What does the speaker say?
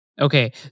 Okay